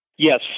Yes